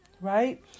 right